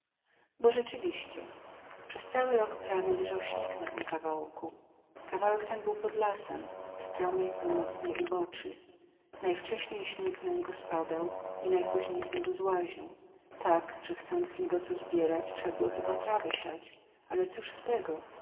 bo rzeczywiście przez cały rok prawie leżał śnieg na tym kawałku kawałek ten był pod lasem w stromej północnej uboczy najwcześniej śnieg na niego spadał i najpóźniej z niego złaził tak że chcąc z niego co zbierać trza było chyba trawę siać ale cóż z tego